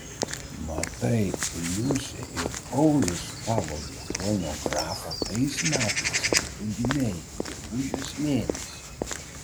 matai liusė ir paulius pavogė chronografą tais metais kai tu gimei gegužės mėnesį